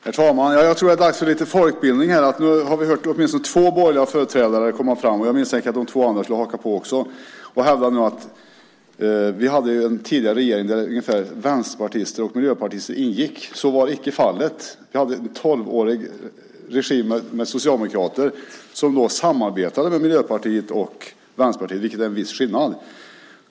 Herr talman! Jag tror att det är dags för lite folkbildning här. Nu har vi hört åtminstone två borgerliga företrädare komma fram - jag misstänker att de två andra kommer att haka på också - och hävda att vi hade en tidigare regering där vänsterpartister och miljöpartister i princip ingick. Så var icke fallet. Vi hade en tolvårig regim med socialdemokrater, som samarbetade med Miljöpartiet och Vänsterpartiet, vilket är en viss skillnad.